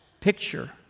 picture